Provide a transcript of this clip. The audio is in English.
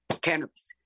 cannabis